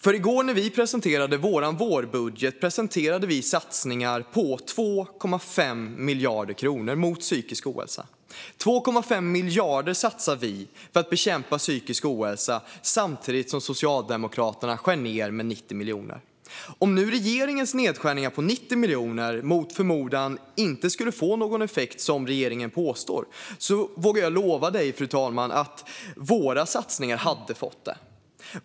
När vi i går presenterade vår vårbudget presenterade vi satsningar på 2,5 miljarder kronor mot psykisk ohälsa. 2,5 miljarder satsar vi för att bekämpa psykisk ohälsa, samtidigt som Socialdemokraterna skär ned med 90 miljoner. Om nu regeringens nedskärningar på 90 miljoner mot förmodan inte skulle få någon effekt, som regeringen påstår, vågar jag lova dig, fru talman, att våra satsningar hade fått det.